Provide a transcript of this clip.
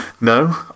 No